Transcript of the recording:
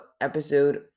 episode